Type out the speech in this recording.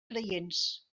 creients